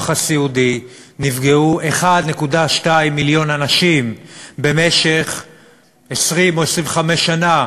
הסיעודי נפגעו 1.2 מיליון אנשים במשך 20 או 25 שנה.